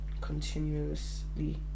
continuously